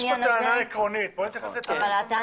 יש פה טענה עקרונית, בואי נתייחס לטענה העקרונית.